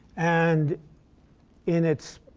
and in its